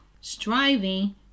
striving